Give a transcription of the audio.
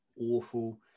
awful